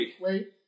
Wait